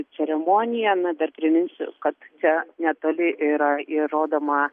ceremonija na dar priminsiu kad čia netoli yra ir rodoma